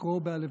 לקרוא בא.